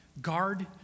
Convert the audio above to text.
Guard